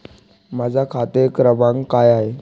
माझा खाते क्रमांक काय आहे?